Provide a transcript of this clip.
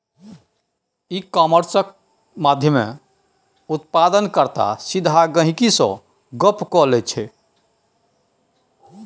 इ कामर्स माध्यमेँ उत्पादन कर्ता सीधा गहिंकी सँ गप्प क लैत छै